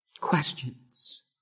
Questions